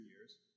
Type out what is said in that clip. years